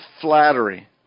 flattery